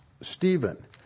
Stephen